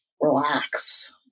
relax